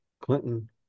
Clinton